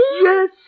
Yes